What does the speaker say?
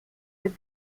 with